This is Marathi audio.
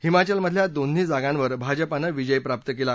हिमाचलमधल्या दोन्ही जागांवर भाजपनं विजय प्राप्त केला